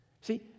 See